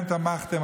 היות שכולכם תמכתם,